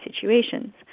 situations